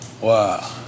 Wow